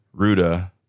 Ruda